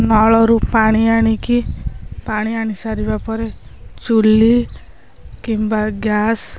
ନଳରୁ ପାଣି ଆଣିକି ପାଣି ଆଣି ସାରିବା ପରେ ଚୁଲି କିମ୍ବା ଗ୍ୟାସ୍